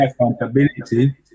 accountability